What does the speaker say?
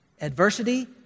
Adversity